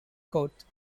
court